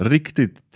Riktigt